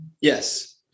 Yes